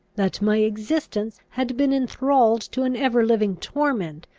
that my existence had been enthralled to an ever-living torment,